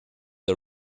der